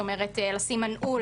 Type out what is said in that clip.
לשים מנעול,